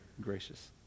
gracious